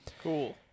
Cool